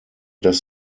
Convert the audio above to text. dass